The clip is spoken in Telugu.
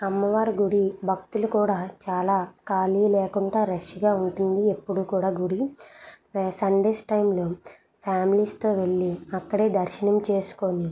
అమ్మవారి గుడి భక్తులు కూడా చాలా ఖాళీ లేకుండా రష్గా ఉంటుంది ఎప్పుడు కూడా గుడి సండేస్ టైంలో ఫ్యామలీస్తో వెళ్ళి అక్కడే దర్శనం చేసుకొని